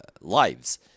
lives